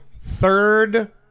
Third